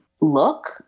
look